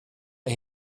mae